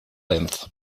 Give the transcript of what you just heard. length